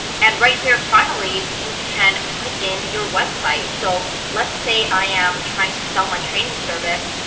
and right here, finally, you can put in your website. so let's say i am trying to sell my training service,